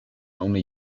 only